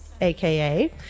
AKA